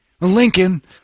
Lincoln